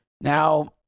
Now